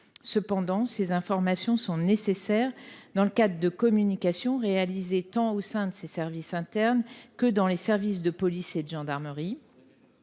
Cependant, ces informations sont nécessaires dans le cadre de communications réalisées tant au sein de ces services internes qu’avec les services de police et de gendarmerie.